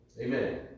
Amen